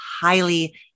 highly